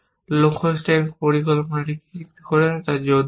লক্ষ্য স্ট্যাক পরিকল্পনা কী করে তা জোর দেওয়ার জন্য